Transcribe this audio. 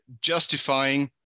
justifying